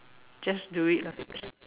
just do it lah